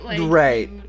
Right